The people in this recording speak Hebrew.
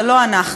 זה לא אנחנו.